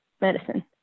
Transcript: medicine